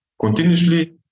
continuously